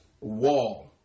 wall